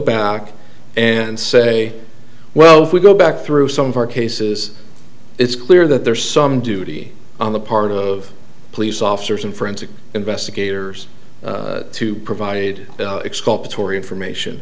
back and say well if we go back through some of our cases it's clear that there's some duty on the part of police officers and forensic investigators to provide exculpatory information